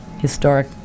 historic